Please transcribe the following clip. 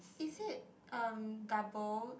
is it um double